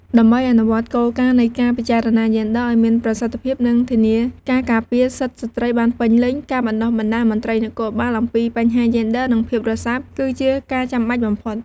ដើម្បីអនុវត្តគោលការណ៍នៃការពិចារណាយេនឌ័រឲ្យមានប្រសិទ្ធភាព និងធានាការការពារសិទ្ធិស្ត្រីបានពេញលេញ ការបណ្ដុះបណ្ដាលមន្ត្រីនគរបាលអំពីបញ្ហាយេនឌ័រ និងភាពរសើប គឺជាការចាំបាច់បំផុត។